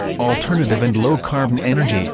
alternative and low carbon energy